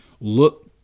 look